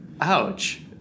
Ouch